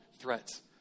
threats